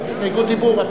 דיבור.